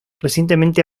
recientemente